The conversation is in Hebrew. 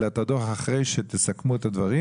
אלא לקבל את הדו״ח אחרי שתסכמו את הדברים.